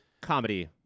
comedy